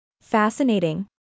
Fascinating